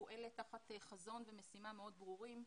פועלת תחת חזון ומשימה מאוד ברורים.